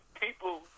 people